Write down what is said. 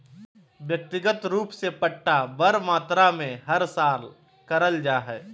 व्यक्तिगत रूप से पट्टा बड़ मात्रा मे हर साल करल जा हय